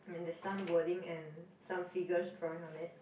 and there some wording and some figures drawing on it